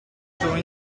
joined